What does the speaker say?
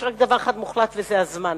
יש רק משהו אחד מוחלט וזה הזמן,